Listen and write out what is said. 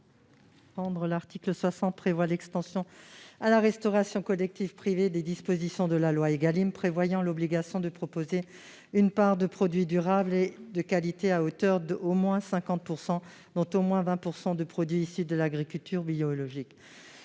L'article 60 étend à la restauration collective privée les dispositions de la loi Égalim prévoyant l'obligation de proposer une part de produits durables et de qualité à hauteur d'au moins 50 %, dont au moins 20 % de produits issus de l'agriculture biologique.